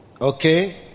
okay